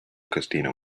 christina